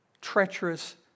treacherous